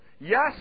Yes